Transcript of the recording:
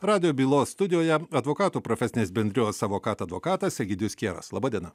radijo bylos studijoje advokatų profesinės bendrijos avokad advokatas egidijus kieras laba diena